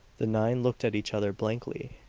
the nine looked at each other blankly.